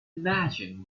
imagine